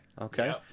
Okay